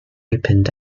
opened